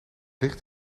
ligt